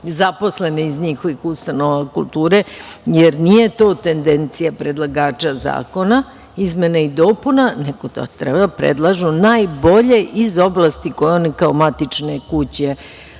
zaposlene iz njihovih ustanova kulture, jer nije to tendencija predlagača zakona izmena i dopuna, nego da treba da predlažu najbolje iz oblasti koje one, kao matične kuće,